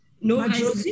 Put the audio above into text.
No